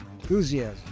enthusiasm